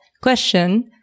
question